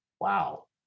wow